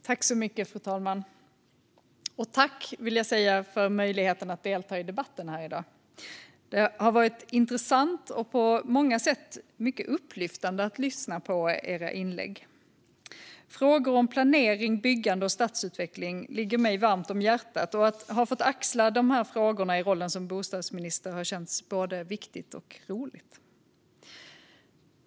Fru talman! Jag tackar för möjligheten att delta i debatten här i dag. Det har varit intressant och på många sätt mycket upplyftande att lyssna på era inlägg. Frågor om planering, byggande och stadsutveckling ligger mig varmt om hjärtat. Att få axla de här frågorna i rollen som bostadsminister har känts både viktigt och roligt.